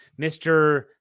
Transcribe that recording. Mr